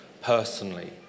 personally